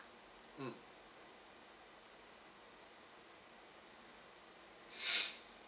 mm